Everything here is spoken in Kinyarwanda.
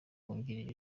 wungirije